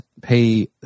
pay